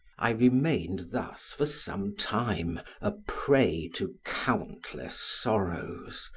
i remained thus for some time a prey to countless sorrows,